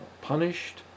punished